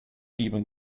even